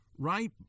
Right